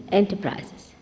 enterprises